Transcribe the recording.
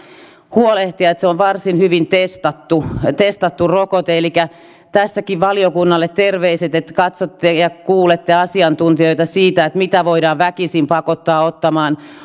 huolehtia että se on varsin hyvin testattu testattu rokote elikkä tässäkin valiokunnalle terveiset että katsotte ja kuulette asiantuntijoita siitä mitä rokotetta voidaan väkisin pakottaa ottamaan